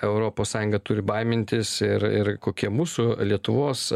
europos sąjunga turi baimintis ir ir kokie mūsų lietuvos